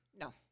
No